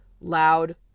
Loud